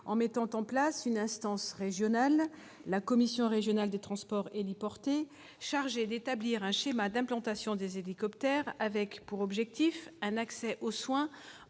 en mettant en place une instance régionale, la commission régionale des transports héliportés, chargée d'établir un schéma d'implantation des hélicoptères avec pour objectif un accès aux soins